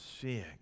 seeing